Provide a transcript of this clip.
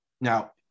now